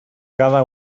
cada